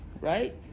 Right